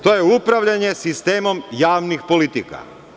To je upravljanje sistemom javnih politika.